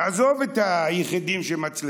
עזוב את היחידים שמצליחים,